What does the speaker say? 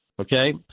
Okay